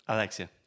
Alexia